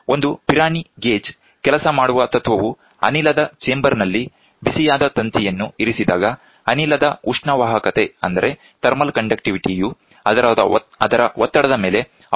ಒಂದು Pirani gauge ಕೆಲಸ ಮಾಡುವ ತತ್ವವು ಅನಿಲದ ಚೇಂಬರ್ ನಲ್ಲಿ ಬಿಸಿಯಾದ ತಂತಿಯನ್ನು ಇರಿಸಿದಾಗ ಅನಿಲದ ಉಷ್ಣವಾಹಕತೆಯು ಅದರ ಒತ್ತಡದ ಮೇಲೆ ಅವಲಂಬಿತವಾಗಿರುತ್ತದೆ